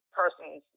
persons